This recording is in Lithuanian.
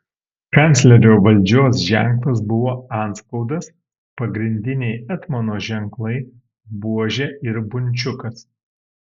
kanclerio valdžios ženklas buvo antspaudas pagrindiniai etmono ženklai buožė ir bunčiukas